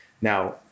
Now